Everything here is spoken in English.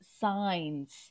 signs